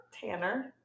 Tanner